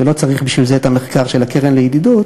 ולא צריך בשביל זה את המחקר של הקרן לידידות,